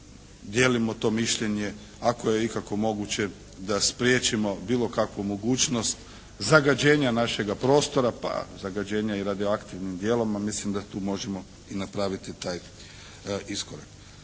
dijelimo to mišljenje ako je ikako moguće da spriječimo bilo kakvu mogućnost zagađenja našega prostora pa zagađenja i radioaktivnim dijelovima. Mislim da tu možemo i napraviti taj iskorak.